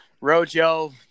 Rojo